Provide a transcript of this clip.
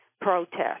protest